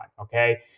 Okay